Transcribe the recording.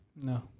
No